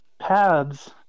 pads